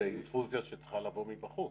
זו אינפוזיה שצריכה לבוא מבחוץ.